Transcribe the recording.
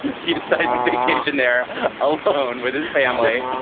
he decided to vacation there alone with his family.